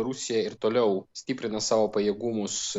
rusija ir toliau stiprina savo pajėgumus